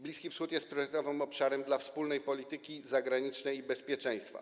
Bliski Wschód jest priorytetowym obszarem dla wspólnej polityki zagranicznej i bezpieczeństwa.